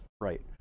right